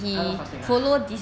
!huh! no fasting ah